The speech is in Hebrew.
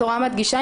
התורה מדגישה,